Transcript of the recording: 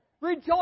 Rejoice